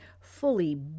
fully